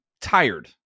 tired